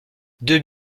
deux